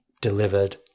delivered